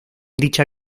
dicha